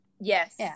Yes